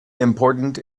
important